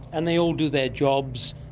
and they all do their jobs?